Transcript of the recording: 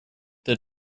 the